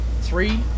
three